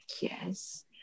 yes